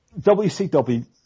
WCW